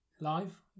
live